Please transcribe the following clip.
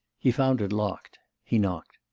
he found it locked. he knocked.